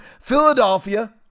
Philadelphia